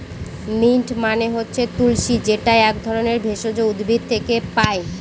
mint মানে হচ্ছে তুলশী যেটা এক ধরনের ভেষজ উদ্ভিদ থেকে পায়